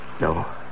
No